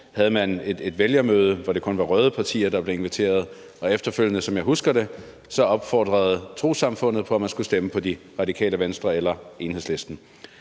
havde et vælgermøde, hvor det kun var røde partier, der var blevet inviteret, og efterfølgende – som jeg husker det – opfordrede trossamfundet til, at man skulle stemme på Radikale Venstre eller Enhedslisten.